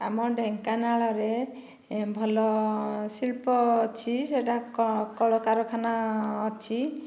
ଆମ ଢ଼େଙ୍କାନାଳରେ ଭଲ ଶିଳ୍ପ ଅଛି ସେଇଟା କ କଳ କଳକାରଖାନା ଅଛି